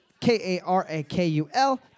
K-A-R-A-K-U-L